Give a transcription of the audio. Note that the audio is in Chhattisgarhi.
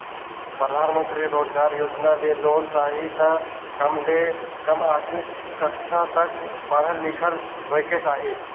परधानमंतरी रोजगार योजना ले लोन चाही त कम ले कम आठवीं कक्छा तक पढ़ल लिखल होएक चाही